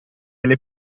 delle